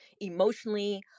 emotionally